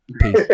Peace